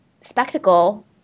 spectacle